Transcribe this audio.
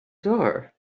door